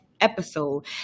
episode